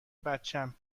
بچم